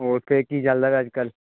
ਓਥੇ ਕੀ ਚੱਲਦਾ ਪਿਆ ਅੱਜ ਕੱਲ੍ਹ